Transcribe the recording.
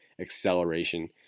acceleration